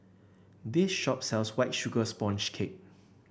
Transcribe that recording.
this shop sells White Sugar Sponge Cake